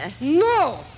No